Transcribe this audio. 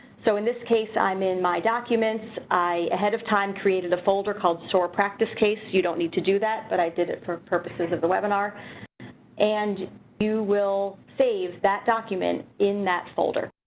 so, in this case, i'm in my documents i ahead of time created a folder called soar practice case you don't need to do that but i did it for purposes of the webinar and you will save that document in that folder.